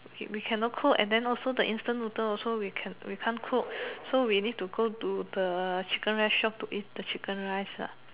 we cannot cook and then also the instant noodle also we can we can't cook so we need to go to the chicken rice shop to eat the chicken rice ah